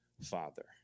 father